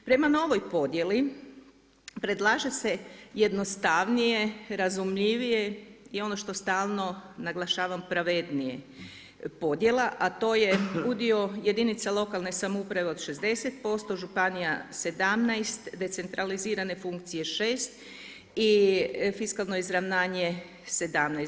Prema novoj podjeli, predlaže se jednostavnije, razumljivije i ono što stalno naglašavam pravednije podjela, a to je udio jedinica lokalne samouprave, od 60%, županije 17, decentralizirane funkcije 6 i fiskalno izravnanje 17.